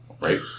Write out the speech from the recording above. right